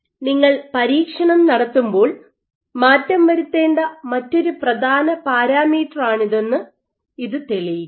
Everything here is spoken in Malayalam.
നിങ്ങൾ പരീക്ഷണം നടത്തുമ്പോൾ മാറ്റം വരുത്തേണ്ട മറ്റൊരു പ്രധാന പാരാമീറ്ററാണിതെന്ന് ഇത് തെളിയിക്കുന്നു